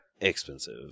expensive